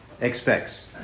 expects